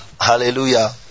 Hallelujah